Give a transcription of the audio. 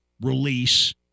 release